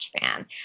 fan